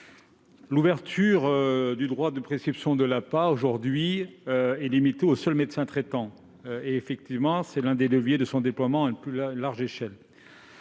L'ouverture du droit de prescription de l'APA, aujourd'hui limité aux seuls médecins traitants, est effectivement l'un des leviers à son déploiement à une plus large échelle.